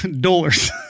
Dollars